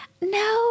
No